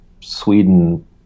Sweden